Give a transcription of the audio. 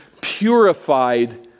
purified